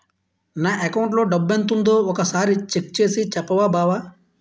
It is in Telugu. నా అకౌంటులో డబ్బెంతుందో ఒక సారి చెక్ చేసి చెప్పవా బావా